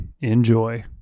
Enjoy